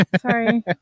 Sorry